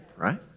right